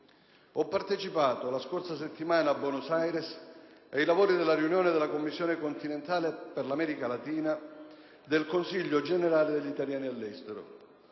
Ho partecipato la scorsa settimana a Buenos Aires ai lavori della riunione della Commissione continentale per l'America Latina del Consiglio generale degli italiani all'estero